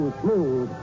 smooth